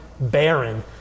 barren